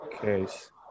case